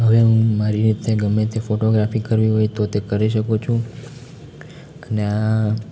હવે હું મારી રીતે ગમે તે ફોટોગ્રાફી કરવી હોય તો તે કરી શકું છું અને આ